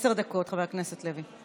עשר דקות, חבר הכנסת לוי.